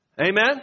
Amen